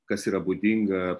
kas yra būdinga